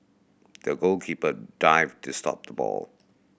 the goalkeeper dived to stop the ball